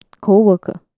co-worker